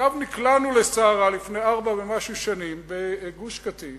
נקלענו לסערה לפני כארבע שנים בגוש-קטיף